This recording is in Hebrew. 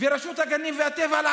ורשות הטבע והגנים,